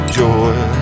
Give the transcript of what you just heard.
joy